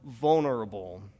vulnerable